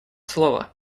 слово